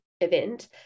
event